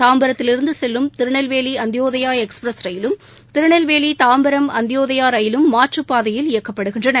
தாம்பரத்திலிருந்து Tirunelveli Antyodaya express ரயிலும் திருநெல்வேலி தாம்பரம் அந்த்யோதயா ரயிலும் மாற்றுப்பாதையில் இயக்கப்படுகின்றன